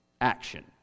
action